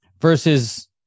versus